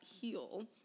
heal